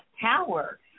power